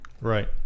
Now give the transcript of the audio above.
right